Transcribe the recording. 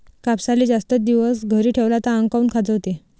कापसाले जास्त दिवस घरी ठेवला त आंग काऊन खाजवते?